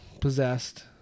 possessed